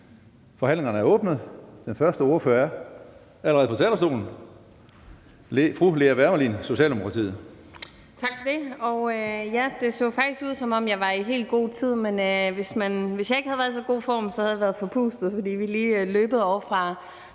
Forhandlingen er åbnet, og den første ordfører er allerede på talerstolen. Fru Lea Wermelin, Socialdemokratiet.